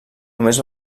només